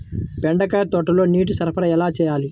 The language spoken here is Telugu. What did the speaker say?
బెండకాయ తోటలో నీటి సరఫరా ఎలా చేయాలి?